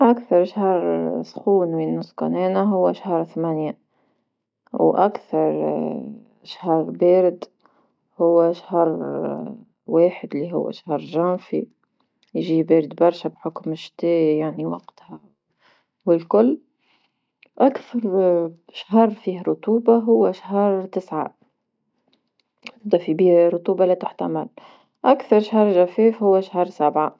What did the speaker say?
أكثر شهر سخون من نسكن أنا هو شهر ثمانية، واكثر شهر بارد هو شهر واحد اللي هو شهر جونفي يجي بارد برشا بحكم شتاء يعني وقتها والكل، اكثر شهر فيه رطوبة هو شهر تسعة، تبدأ فيه رطوبة لا تحتمل اكثر شهر جفاف هو شهر سبعة.